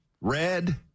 red